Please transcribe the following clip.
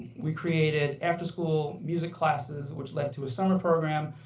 we created after-school music classes, which led to a summer program,